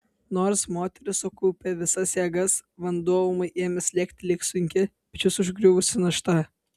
nors moteris sukaupė visas jėgas vanduo ūmai ėmė slėgti lyg sunki pečius užgriuvusi našta